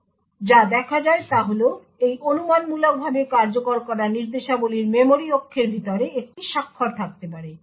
যাইহোক যা দেখা যায় তা হল এই অনুমানমূলকভাবে কার্যকর করা নির্দেশাবলীর মেমরি অক্ষের ভিতরে একটি স্বাক্ষর থাকতে পারে